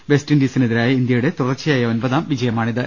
വെസ്റ്റിൻഡീസിനെതിരായ ഇന്ത്യയുടെ തുടർച്ചയായ ഒമ്പതാം വിജയമാണിത്